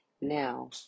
now